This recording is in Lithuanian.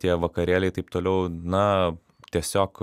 tie vakarėliai taip toliau na tiesiog